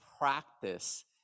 practice